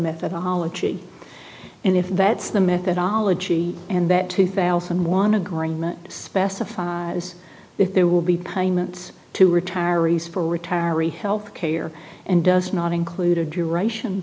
methodology and if that's the methodology and that two thousand and one agreement specified as if there will be pain minutes to retirees for retiree health care and does not include a duration